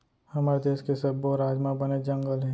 हमर देस के सब्बो राज म बनेच जंगल हे